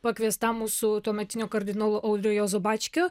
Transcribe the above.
pakviesta mūsų su tuometinio kardinolo audrio juozo bačkio